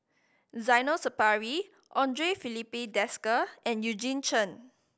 Zainal Sapari Andre Filipe Desker and Eugene Chen